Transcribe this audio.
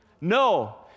No